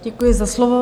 Děkuji za slovo.